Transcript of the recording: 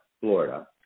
florida